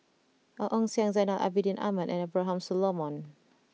Ong Ong Siang Zainal Abidin Ahmad and Abraham Solomon